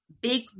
big